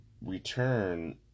return